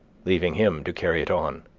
leaving him to carry it on.